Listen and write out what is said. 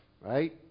right